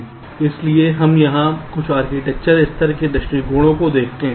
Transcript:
इसलिए हम यहाँ कुछ आर्किटेक्चर स्तर के दृष्टिकोणों को देखते हैं